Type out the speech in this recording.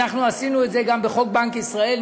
אנחנו עשינו את זה גם בחוק בנק ישראל.